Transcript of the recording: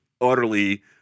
utterly